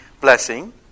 blessing